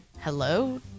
Hello